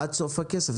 עד סוף הכסף.